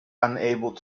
unable